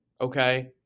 Okay